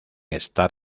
estar